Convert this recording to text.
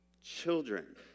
children